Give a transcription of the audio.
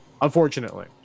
Unfortunately